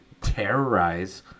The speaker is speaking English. terrorize